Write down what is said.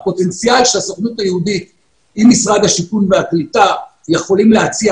הפוטנציאל שהסוכנות היהודית עם משרד השיכון והקליטה יכולים להציע,